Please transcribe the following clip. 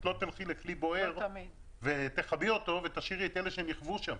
את לא תלכי לכלי בוער ותכבי אותו ותשאירי את אלה שנכוו שם,